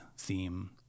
theme